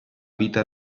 vita